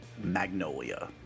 Magnolia